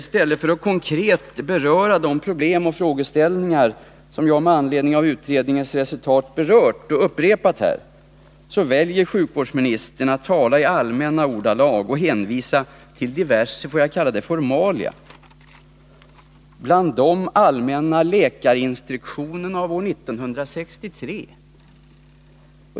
I stället för att konkret beröra de problem och frågeställningar som jag med anledning av utredningens resultat tagit upp i min interpellation och upprepat här väljer sjukvårdsministern att tala i allmänna ordalag och hänvisa till diverse, får jag kalla det formalia, bland dem allmänna läkarinstruktionen av år 1963.